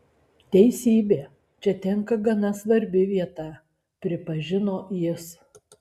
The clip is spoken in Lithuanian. teisybė čia tenka gana svarbi vieta pripažino jis